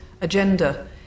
agenda